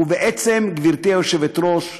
ובעצם, גברתי היושבת-ראש,